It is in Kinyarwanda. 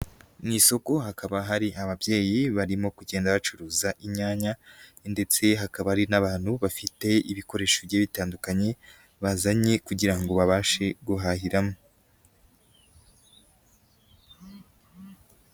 Mu isoko hakaba hari ababyeyi barimo kugenda bacuruza inyanya ndetse hakaba hari n'abantu bafite ibikoresho bigiye bitandukanye bazanye kugira ngo babashe guhahiramo.